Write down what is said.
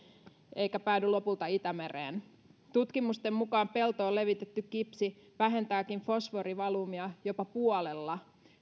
eikä päädy lopulta itämereen tutkimusten mukaan peltoon levitetty kipsi vähentääkin fosforivalumia jopa puolella